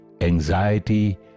anxiety